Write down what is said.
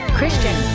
Christian